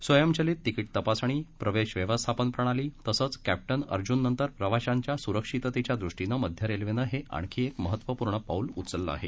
स्वयंचलित तिकीट तपासणी प्रवेश व्यवस्थापन प्रणाली तसंच कॅप्टन अर्जुन नंतर प्रवाशांच्या सूरक्षिततेच्या दृष्टीनं मध्य रेल्वेनं हे आणखी एक महत्त्वपूर्ण पाऊल उचललं आहे